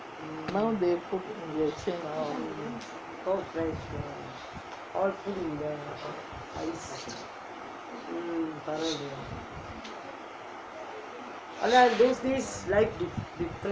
now they put injection all